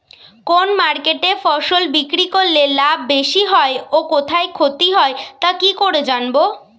কোন মার্কেটে ফসল বিক্রি করলে লাভ বেশি হয় ও কোথায় ক্ষতি হয় তা কি করে জানবো?